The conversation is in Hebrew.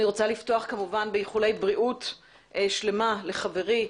אני רוצה לפתוח באיחולי בריאות שלימה לחברי,